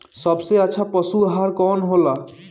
सबसे अच्छा पशु आहार कवन हो ला?